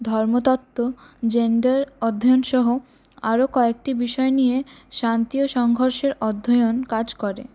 ধর্মতত্ত্ব gender অধ্যায়নসহ আরও কয়েকটি বিষয় নিয়ে শান্তি ও সংঘর্ষের অধ্যায়ন কাজ করে